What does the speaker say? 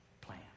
plan